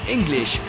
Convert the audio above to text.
English